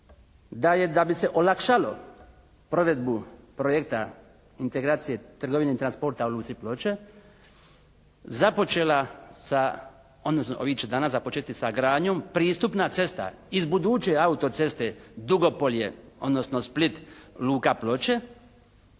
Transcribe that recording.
Da je da bi se olakšalo provedbu projekta integracije trgovine i transporta u luci Ploče započela sa odnosno ovih će dana započeti sa gradnjom pristupna cesta iz buduće auto-ceste Dugopolje odnosno Split luka Ploče